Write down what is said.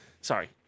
Sorry